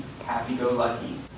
happy-go-lucky